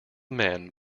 men